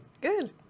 Good